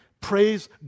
praise